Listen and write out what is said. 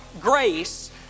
grace